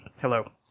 Hello